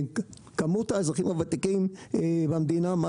מספר האזרחים הוותיקים במדינה הוא גדול.